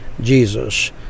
Jesus